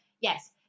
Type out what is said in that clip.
yes